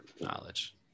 knowledge